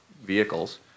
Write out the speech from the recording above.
vehicles